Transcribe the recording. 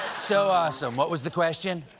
so awesome. what was the question?